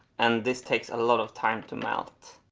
and this takes a lot of time to melt.